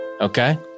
okay